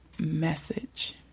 message